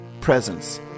presence